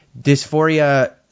Dysphoria